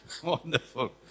Wonderful